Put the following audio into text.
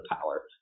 power